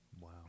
Wow